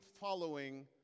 following